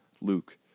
Luke